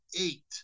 eight